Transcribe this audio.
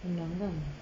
senang kan